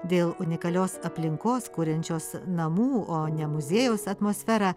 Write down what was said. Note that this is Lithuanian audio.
dėl unikalios aplinkos kuriančios namų o ne muziejaus atmosferą